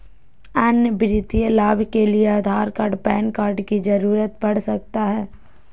अन्य वित्तीय लाभ के लिए आधार कार्ड पैन कार्ड की जरूरत पड़ सकता है?